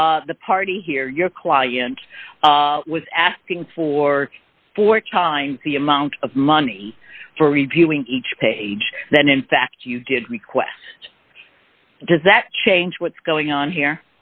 the party here your client was asking for four times the amount of money for reviewing each page then in fact you did request does that change what's going on